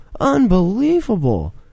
Unbelievable